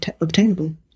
obtainable